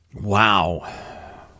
Wow